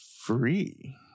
free